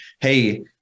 Hey